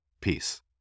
Peace